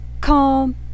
calm